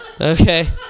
okay